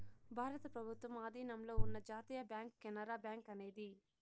భారత ప్రభుత్వం ఆధీనంలో ఉన్న జాతీయ బ్యాంక్ కెనరా బ్యాంకు అనేది